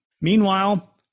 Meanwhile